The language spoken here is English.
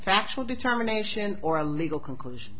factual determination or a legal conclusion